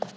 allt.